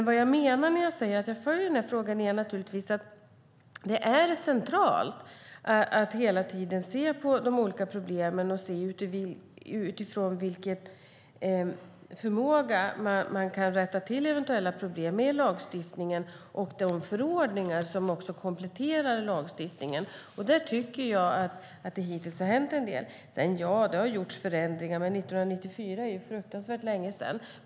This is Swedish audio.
Vad jag menar när jag säger att jag följer den här frågan är naturligtvis att det är centralt att hela tiden se på de olika problemen och se utifrån vilken förmåga man kan rätta till eventuella problem med lagstiftningen och de förordningar som kompletterar lagstiftningen. Och där tycker jag att det hittills har hänt en del. Ja, det har gjorts förändringar. Men 1994 är fruktansvärt länge sedan.